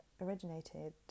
originated